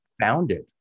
founded